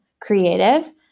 creative